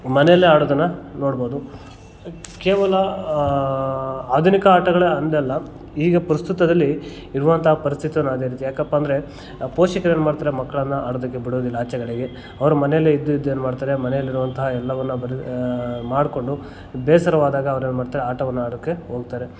ಮನೆಯಲ್ಲೆ ಆಡೋದನ್ನು ನೋಡ್ಬೋದು ಕೇವಲ ಆಧುನಿಕ ಆಟಗಳೇ ಅಂತಲ್ಲ ಈಗ ಪ್ರಸ್ತುತದಲ್ಲಿ ಇರುವಂಥ ಪರಿಸ್ಥಿತಿಯನ್ನ ಆಧರಿಸಿ ಯಾಕಪ್ಪ ಅಂದರೆ ಪೋಷಕ್ರೇನು ಮಾಡ್ತಾರೆ ಮಕ್ಕಳನ್ನ ಅರ್ಧಕ್ಕೆ ಬಿಡೋದಿಲ್ಲ ಆಚೆ ಕಡೆಗೆ ಅವ್ರು ಮನೇಲೇ ಇದ್ದು ಇದ್ದು ಏನ್ಮಾಡ್ತಾರೆ ಮನೆಯಲ್ಲಿರುವಂತಹ ಎಲ್ಲವನ್ನು ಬರಿ ಮಾಡಿಕೊಂಡು ಬೇಸರವಾದಾಗ ಅವ್ರೇನು ಮಾಡ್ತಾರೆ ಆಟವನ್ನು ಆಡೋಕ್ಕೆ ಹೋಗ್ತಾರೆ